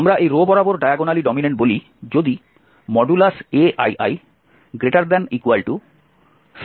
আমরা এই রো বরাবর ডায়াগোনালি ডমিন্যান্ট বলি যদি aiij1j≠inaij হয়